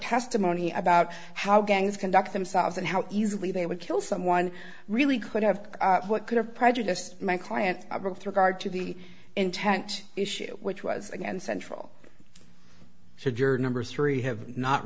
testimony about how gangs conduct themselves and how easily they would kill someone really could have what could have prejudiced my client both regard to the intent issue which was again central so juror number three have not